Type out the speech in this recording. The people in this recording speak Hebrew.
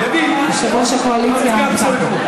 יושב-ראש הקואליציה אמסלם.